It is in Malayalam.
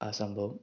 ആ സംഭവം